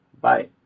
Bye